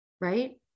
Right